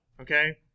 okay